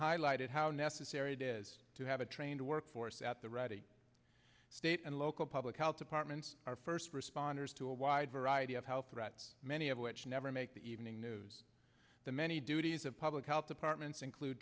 highlighted how necessary it is to have a trained workforce at the ready state and local public health departments are first responders to a wide variety of how threats many of which never make the evening news the many duties of public health departments include